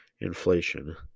inflation